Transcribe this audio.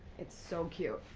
it's so cute,